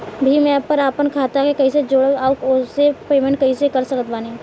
Bhim app पर आपन खाता के कईसे जोड़म आउर ओसे पेमेंट कईसे कर सकत बानी?